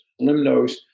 Limnos